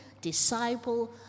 disciple